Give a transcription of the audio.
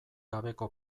gabeko